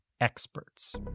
experts